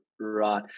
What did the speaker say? Right